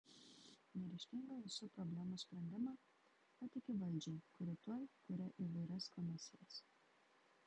neryžtinga visų problemų sprendimą patiki valdžiai kuri tuoj kuria įvairias komisijas